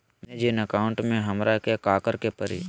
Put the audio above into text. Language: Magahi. मैंने जिन अकाउंट में हमरा के काकड़ के परी?